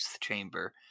chamber